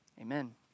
amen